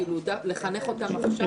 לחנך אותם עכשיו?